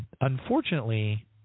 unfortunately